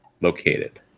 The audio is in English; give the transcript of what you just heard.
located